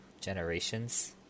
generations